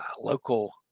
local